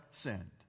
sinned